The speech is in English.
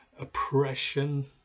oppression